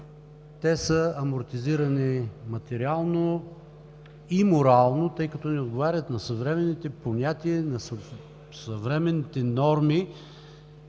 те са амортизирани материално и морално, тъй като не отговарят на съвременните понятия, на съвременните норми,